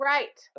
Right